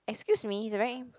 excuse me he's a very